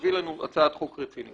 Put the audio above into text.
שתביא לנו הצעת חוק רצינית.